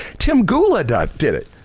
tim gula did did it.